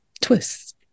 twists